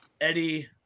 Eddie